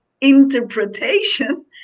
interpretation